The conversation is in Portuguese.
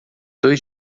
dois